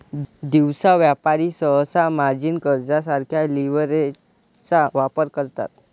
दिवसा व्यापारी सहसा मार्जिन कर्जासारख्या लीव्हरेजचा वापर करतात